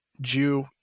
Jew